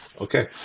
Okay